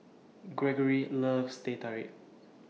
Greggory loves Teh Tarik